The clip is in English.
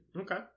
Okay